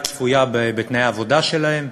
צפויה בתנאי העבודה שלהם,